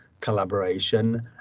collaboration